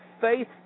faith